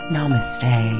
Namaste